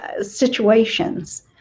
Situations